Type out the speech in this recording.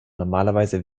normalerweise